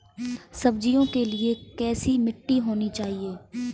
सब्जियों के लिए कैसी मिट्टी होनी चाहिए?